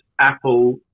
Apple